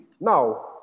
Now